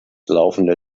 laufende